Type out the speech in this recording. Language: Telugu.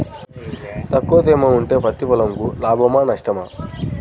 తక్కువ తేమ ఉంటే పత్తి పొలంకు లాభమా? నష్టమా?